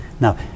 Now